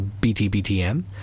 BTBTM